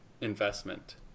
investment